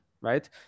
right